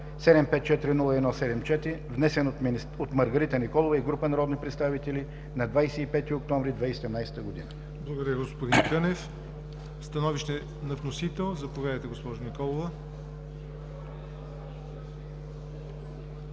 754-01-74, внесен от Маргарита Николова и група народни представители на 25 октомври 2017 г.“ ПРЕДСЕДАТЕЛ ЯВОР НОТЕВ: Благодаря, господин Кънев. Становище на вносител? Заповядате, госпожо Николова.